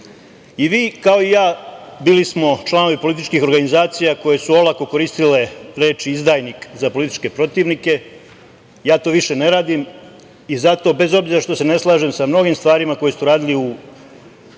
kao i ja, bili smo članovi političkih organizacije koje su olako koristile reč - izdajnik za političke protivnike. Ja to više ne radim i zato, bez obzira što se ne slažem sa mnogim stvarima koje ste uradili u politici po pitanju